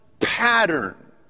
pattern